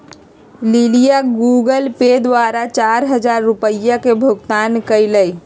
लिलीया Google pay द्वारा चार हजार रुपिया के भुगतान कई लय